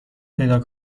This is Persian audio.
پیدا